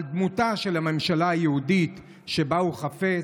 על דמותה של הממשלה היהודית שבה הוא חפץ,